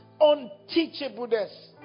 unteachableness